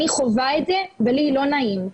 אני חווה את זה ולי לא נעים,